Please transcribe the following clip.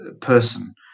person